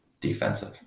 defensive